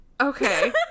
Okay